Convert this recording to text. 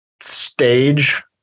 stage